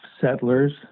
settlers